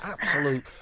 absolute